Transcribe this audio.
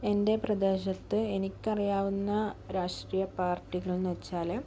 എൻ്റെ പ്രദേശത്ത് എനിക്കറിയാവുന്ന രാഷ്ട്രീയ പാർട്ടികളെന്ന് വെച്ചാല്